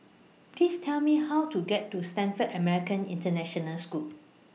Please Tell Me How to get to Stamford American International School